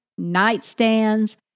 nightstands